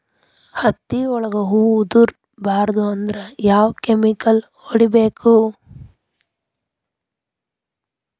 ಹತ್ತಿ ಒಳಗ ಹೂವು ಉದುರ್ ಬಾರದು ಅಂದ್ರ ಯಾವ ಕೆಮಿಕಲ್ ಹೊಡಿಬೇಕು?